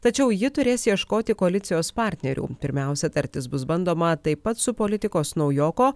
tačiau ji turės ieškoti koalicijos partnerių pirmiausia tartis bus bandoma taip pat su politikos naujoko